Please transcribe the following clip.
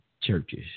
churches